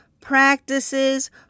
practices